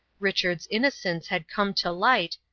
richard's innocence had come to light,